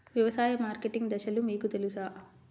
వ్యవసాయ మార్కెటింగ్ దశలు మీకు తెలుసా?